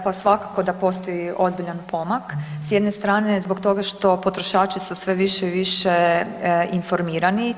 Pa svakako da postoji ozbiljan pomak s jedne strane zbog toga što potrošači su sve više i više informirani.